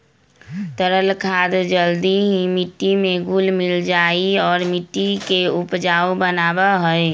तरल खाद जल्दी ही मिट्टी में घुल मिल जाहई और मिट्टी के उपजाऊ बनावा हई